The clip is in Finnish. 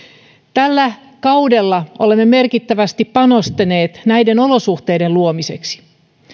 tällä kaudella olemme merkittävästi panostaneet näiden olosuhteiden luomiseksi